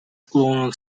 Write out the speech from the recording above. colonel